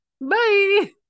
bye